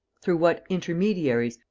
through what intermediaries,